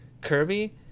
Kirby